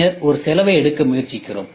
பின்னர் ஒரு செலவை எடுக்க முயற்சிக்கிறோம்